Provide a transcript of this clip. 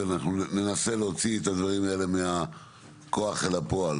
ואנחנו ננסה להוציא את הדברים האלה מהכוח אל הפועל.